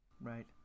Right